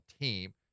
team